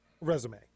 resume